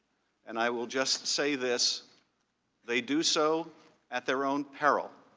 and i will just say this they do so at their own peril.